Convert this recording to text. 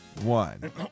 One